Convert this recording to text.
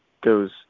goes